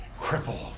cripple